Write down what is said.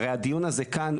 הרי הדיון הזה כאן,